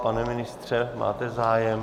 Pane ministře, máte zájem?